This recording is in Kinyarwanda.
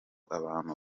abantu